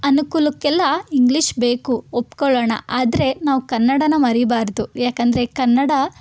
ಅನುಕೂಲಕ್ಕೆಲ್ಲ English ಬೇಕು ಒಪ್ಪಿಕೊಳ್ಳೋಣ ಆದರೆ ನಾವು ಕನ್ನಡನ ಮರಿಬಾರದು ಯಾಕಂದರೆ ಕನ್ನಡ